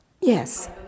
Yes